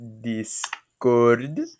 discord